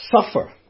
suffer